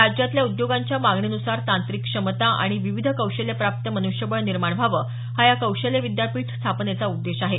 राज्यातल्या उद्योगांच्या मागणीन्सार तांत्रिक क्षमता आणि विविध कौशल्यप्राप्त मनुष्यबळ निर्माण व्हावं हा या कौशल्य विद्यापीठ स्थापनेचा उद्देश आहे